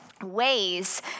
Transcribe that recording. ways